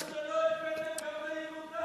מזל שלא הקפאתם גם את הילודה.